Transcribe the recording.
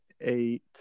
eight